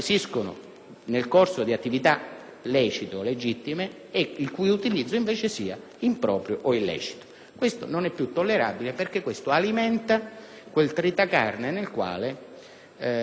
lecite o legittime e il cui utilizzo invece sia improprio e illecito. Questo non è più tollerabile, perché alimenta quel tritacarne nel quale a volte ci troviamo.